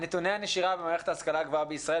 נתוני הנשירה במערכת ההשכלה הגבוהה בישראל